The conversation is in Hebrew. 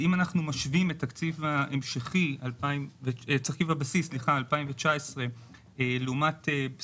אם אנחנו משווים את תקציב הבסיס לשנת 2019